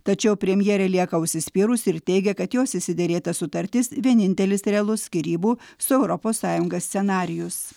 tačiau premjerė lieka užsispyrusi ir teigia kad jos išsiderėta sutartis vienintelis realus skyrybų su europos sąjunga scenarijus